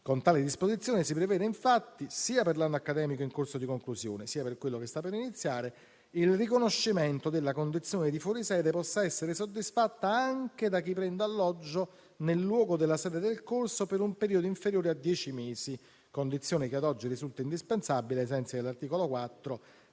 Con tale disposizione si prevede, infatti, sia per l'anno accademico in corso di conclusione, sia per quello che sta per iniziare, che il riconoscimento della condizione di fuori sede possa essere soddisfatta anche da chi prende alloggio nel luogo della sede del corso per un periodo inferiore a dieci mesi, condizione che ad oggi risulta indispensabile, ai sensi dell'articolo 4